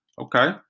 Okay